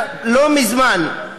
לא מזמן,